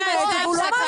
שומע את זה והוא לא מאמין.